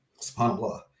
SubhanAllah